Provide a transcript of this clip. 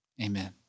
amen